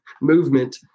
movement